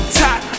top